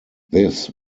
this